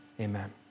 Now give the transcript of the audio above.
amen